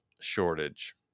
shortage